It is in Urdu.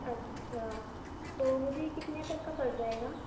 اچھا تو مجھے یہ کتنے تک کا پڑ جائے گا